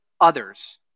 others